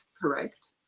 correct